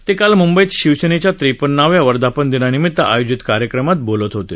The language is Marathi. ते काल मुंबईत शिवसेनेच्या त्रेपन्नाव्या वर्धापनदिनानिमित्त आयोजित कार्यक्रमात बोलत होते